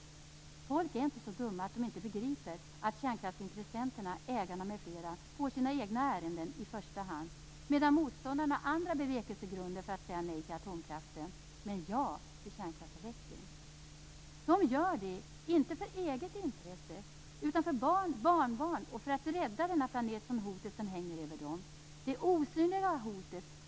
Människor är inte så dumma att de inte begriper att kärkraftsintressenterna och ägarna m.fl. går sina egna ärenden i första hand medan motståndarna har andra bevekelsegrunder för att säga nej till atomkraften men ja till kärnkraftsavveckling. Detta gör de inte för eget intresse utan för barnens och barnbarnens och för att rädda denna planet från hotet som hänger över dem - det osynliga hotet.